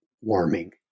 warming